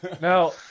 now